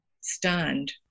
stunned